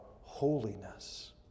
holiness